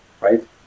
right